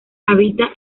habita